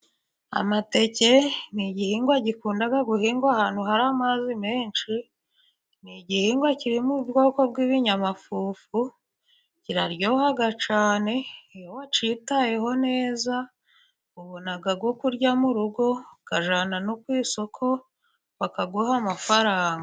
Amateke ni igihingwa gikunda guhingwa ahantu hari amazi menshi . Ni igihingwa kirimo ubwoko bw'ibinyamafufu kiraryoha cyane , wacyitayeho neza ubona ayo kurya mu rugo ukajyana no kwisoko bakaguha amafaranga.